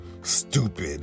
stupid